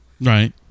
Right